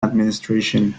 administration